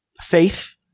faith